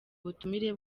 butumire